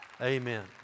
amen